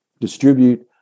distribute